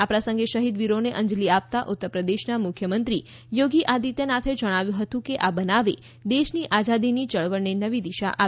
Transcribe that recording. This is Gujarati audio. આ પ્રસંગે શહિદ વિરોને અંજલી આપતા ઉત્તરપ્રદેશના મુખ્યમંત્રી યોગી આદિત્યનાથે જણાવ્યું હતું કે આ બનાવે દેશની આઝાદીની યળવળને નવી દિશા આપી હતી